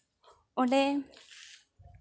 ᱚᱸᱰᱮ